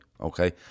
okay